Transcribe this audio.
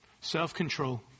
self-control